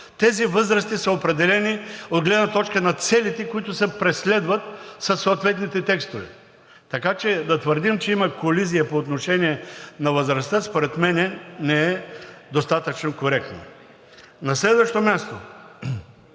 тези възрасти са определени от гледна точка на целите, които се преследват със съответните текстове. Така че да твърдим, че има колизия по отношение на възрастта, според мен не е достатъчно коректно. На следващо място,